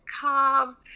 come